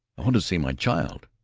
i want to see my child!